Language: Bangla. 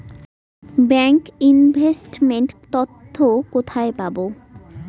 ব্যাংক ইনভেস্ট মেন্ট তথ্য কোথায় পাব?